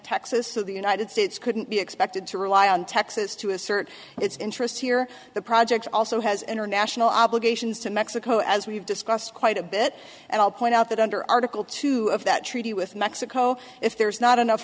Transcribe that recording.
as of the united states couldn't be expected to rely on texas to assert its interest here the project also has international obligations to mexico as we've discussed quite a bit and i'll point out that under article two of that treaty with mexico if there's not enough